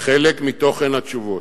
חלק מתוכן התשובות,